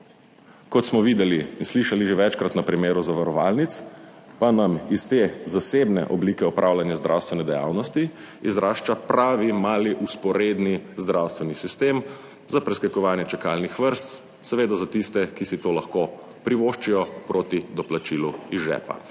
kot smo videli in slišali že večkrat na primeru zavarovalnic, pa nam iz te zasebne oblike opravljanja zdravstvene dejavnosti izrašča pravi mali vzporedni zdravstveni sistem za preskakovanje čakalnih vrst, seveda za tiste, ki si to lahko privoščijo proti doplačilu iz žepa.